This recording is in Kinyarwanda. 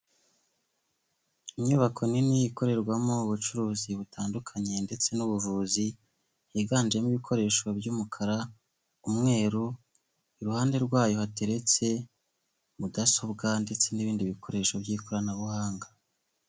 Inyubako nini ikorerwamo ubucuruzi butandukanye ndetse n'ubuvuzi higanjemo ibikoresho by'umukara, umweru iruhande rwayo hateretse mudasobwa ndetse n'ibindi bikoresho by'ikoranabuhanga.